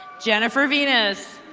jennifer venus.